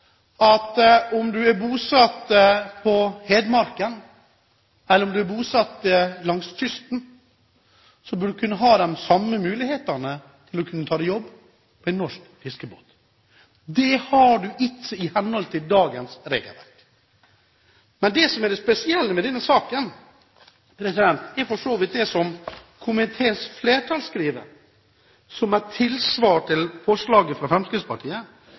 enn om du bor i en hvilken som helst kommune langs kysten eller i en nabokommune til en kystkommune. Dette er en merkverdig, norsk løsning. Jeg og Fremskrittspartiet mener faktisk at enten du er bosatt på Hedmarken eller langs kysten, burde du kunne ha de samme mulighetene til å ta deg jobb på en norsk fiskebåt. Det har du ikke i henhold til dagens regelverk. Det som imidlertid er det spesielle med denne saken, er for så